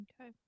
Okay